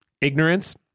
ignorance